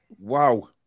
Wow